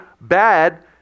bad